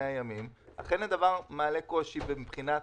אכן הדבר מעלה קושי מבחינת